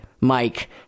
Mike